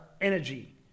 energy